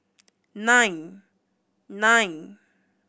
nine